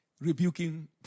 rebuking